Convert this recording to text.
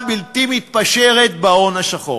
כדי מלחמה בלתי מתפשרת בהון השחור.